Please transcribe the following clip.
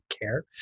care